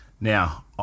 Now